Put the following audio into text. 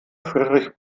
friedrich